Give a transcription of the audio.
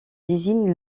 désigne